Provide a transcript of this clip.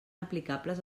aplicables